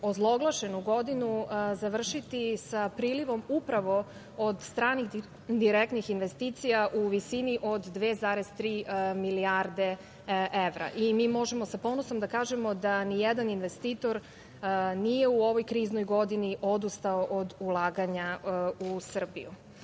ozloglašenu godinu, završiti sa prilivom upravo od stranih direktnih investicija u visini od 2,3 milijarde evra. Mi možemo sa ponosom da kažemo da ni jedan investitor nije u ovoj kriznoj godini odustao od ulaganja u Srbiju. Sada